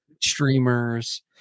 streamers